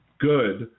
good